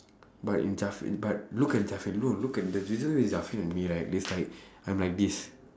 but in but look at no look at the reason why it's and me right it's like I'm like this